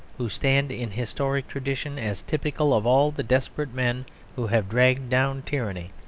who stand in historic tradition as typical of all the desperate men who have dragged down tyranny,